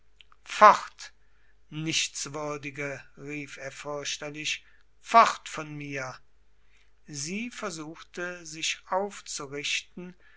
fort nichtswürdige rief er fürchterlich fort von mir sie versuchte sich aufzurichten